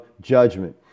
judgment